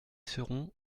seront